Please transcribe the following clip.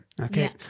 okay